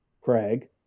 Craig